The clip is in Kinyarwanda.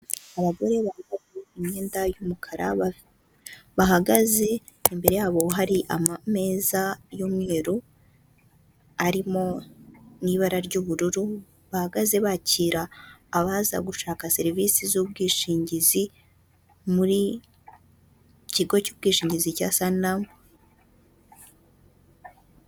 Icyumba cyagenewe gukorerwamo inama, giteguyemo intebe ndetse n'ameza akorerwaho inama, cyahuriwemo n'abantu benshi baturuka mu bihugu bitandukanye biganjemo abanyafurika ndetse n'abazungu, aho bari kuganira ku bintu bitandukanye byabahurije muri iyi nama barimo.